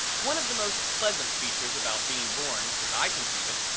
one of the most pleasant features about being born, as i conceive it,